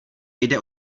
jde